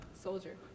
Soldier